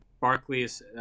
Barclays